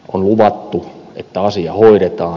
on luvattu että asia hoidetaan